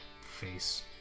face